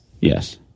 Yes